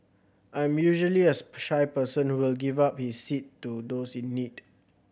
I'm usually a shy person who will give up his seat to those in need